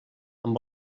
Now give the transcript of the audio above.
amb